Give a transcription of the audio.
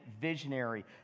visionary